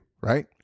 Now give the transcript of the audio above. right